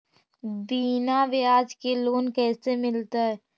बिना ब्याज के लोन कैसे मिलतै?